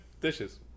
Dishes